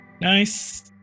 Nice